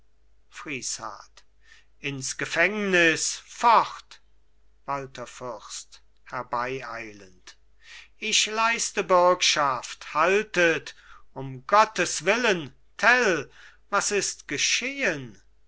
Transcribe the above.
ins gefängnis fort walther fürst herbeieilend ich leiste bürgschaft haltet um gottes willen tell was ist geschehen